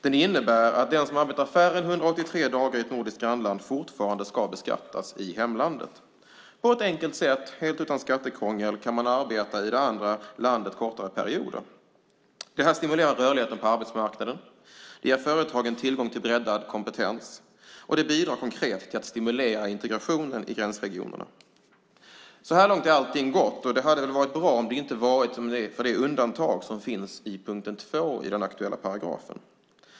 Den innebär att den som arbetar färre än 183 dagar i ett nordiskt grannland fortfarande ska beskattas i hemlandet. På ett enkelt sätt, helt utan skattekrångel, kan man arbeta i det andra landet kortare perioder. Det stimulerar rörligheten på arbetsmarknaden, ger företagen tillgång till breddad kompetens och bidrar konkret till att stimulera integrationen i gränsregionerna. Så här långt är allt gott, och det hade väl varit bra om det inte varit för det undantag som finns i punkt 2 i den aktuella paragrafen.